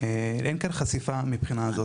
אין כאן חשיפה מבחינה הזאת.